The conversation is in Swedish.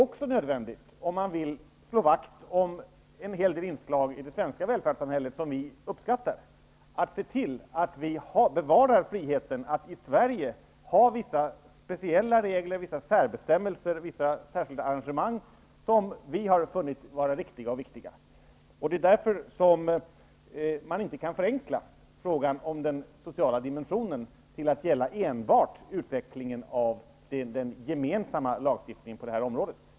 Om man vill slå vakt om en hel del inslag i det svenska välfärdsssamhället som vi uppskattar är det också viktigt att se till att vi bevarar friheten att i Sverige ha vissa speciella regler, särbestämmelser och särskilda arrangemang som vi har funnit vara riktiga och viktiga. Därför kan man inte förenkla frågan om den sociala dimensionen till att enbart gälla utvecklingen av den gemensamma lagstiftningen på det här området.